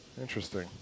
Interesting